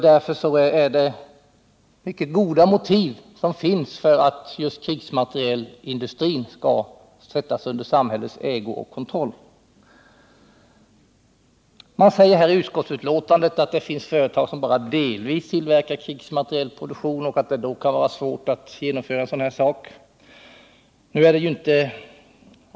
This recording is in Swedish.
Därför finns mycket goda motiv för att just krigsmaterielindustrin skall sättas under samhällets ägo och kontroll. Det heter i utskottsbetänkandet att det finns företag som bara delvis tillverkar krigsmateriel och att det beträffande dem kan vara svårt att genomföra ett överförande till samhällelig ägo.